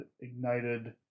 ignited